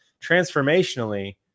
transformationally